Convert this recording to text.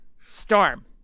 Storm